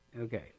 Okay